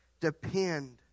depend